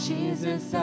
Jesus